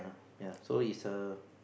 ya so is a